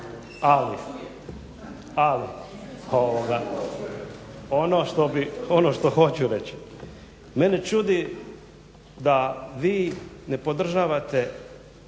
Ali ono što hoću reći, mene čudi da vi ne podržavate